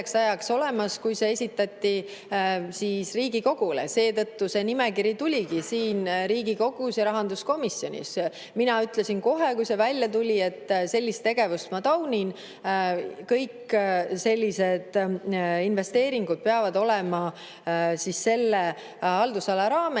esitati Riigikogule. Seetõttu see nimekiri tuligi [välja] siin Riigikogus ja rahanduskomisjonis. Mina ütlesin kohe, kui see välja tuli, et sellist tegevust ma taunin. Kõik sellised investeeringud peavad olema selle haldusala raames.